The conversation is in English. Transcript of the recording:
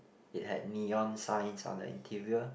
it had neon signs on the interior